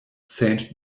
saint